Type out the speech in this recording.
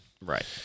Right